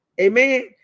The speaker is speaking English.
Amen